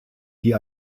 die